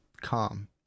calm